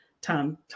time